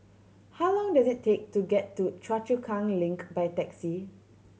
how long does it take to get to Choa Chu Kang Link by taxi